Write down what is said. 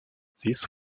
this